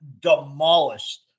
demolished